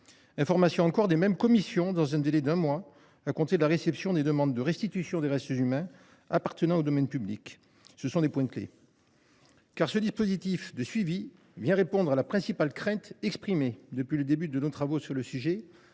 l’information des mêmes commissions dans un délai d’un mois à compter de la réception des demandes de restitution des restes humains appartenant au domaine public. Ce sont des points clés. Car ce dispositif de suivi vient répondre à la principale crainte exprimée depuis le début de nos travaux sur le sujet,